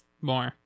More